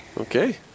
Okay